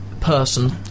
person